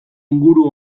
inguru